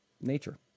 nature